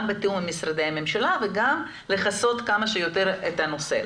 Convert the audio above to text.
גם בתיאום עם משרדי הממשלה וגם לכסות כמה שיותר את הנושא.